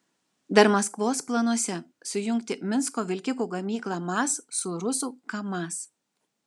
dar maskvos planuose sujungti minsko vilkikų gamyklą maz su rusų kamaz